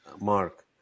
mark